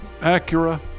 Acura